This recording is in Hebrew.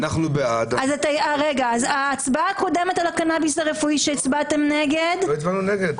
אז ההצבעה הקודמת על הקנאביס הרפואי שהצבעתם נגד --- לא הצבענו נגד.